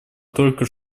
только